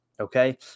okay